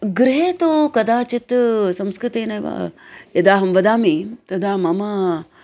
गृहे तु कदाचित् संस्कृतेनैव यदा अहं वदामि तदा मम